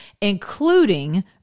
Including